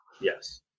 Yes